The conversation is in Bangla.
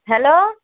হ্যালো